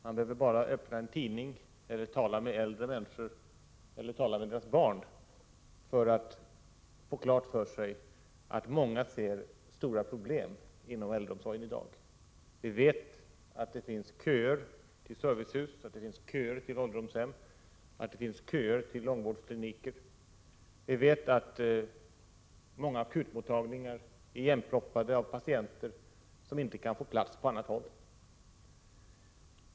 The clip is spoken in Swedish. Man behöver bara öppna en tidning, tala med äldre människor eller tala med deras barn för att få klart för sig att många ser stora problem inom äldreomsorgen i dag. Vi vet att det finns köer till servicehus, köer till ålderdomshem, köer till långvårdskliniker. Vi vet att många akutmottagningar är igenproppade av patienter som inte kan få plats på annat håll.